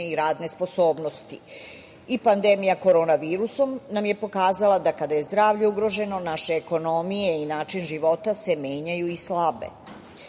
i radne sposobnosti. Pandemija korona virusom nam je pokazala da kada je zdravlje ugroženo, naše ekonomije i način života se menjaju i slabe. Srbija